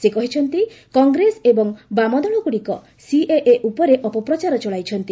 ସେ କହିଛନ୍ତି କଂଗ୍ରେସ ଏବଂ ବାମ ଦଳଗୁଡ଼ିକ ସିଏଏ ଉପରେ ଅପପ୍ରଚାର ଚଳାଇଛନ୍ତି